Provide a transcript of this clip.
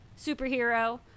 superhero